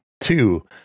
Two